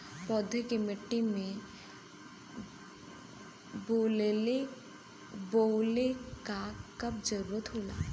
पौधा के मिट्टी में बोवले क कब जरूरत होला